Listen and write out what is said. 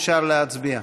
אפשר להצביע.